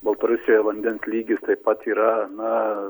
baltarusijoj vandens lygis taip pat yra na